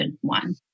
one